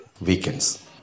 weekends